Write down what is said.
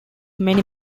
many